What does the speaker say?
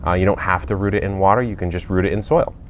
ah you don't have to root it in water. you can just root it in soil.